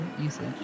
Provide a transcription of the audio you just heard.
usage